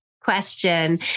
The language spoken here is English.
question